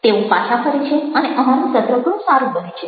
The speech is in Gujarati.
તેઓ પાછા ફરે છે અને અમારું સત્ર ઘણું સારું બને છે